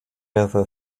ever